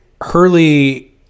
Hurley